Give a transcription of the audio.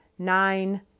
nine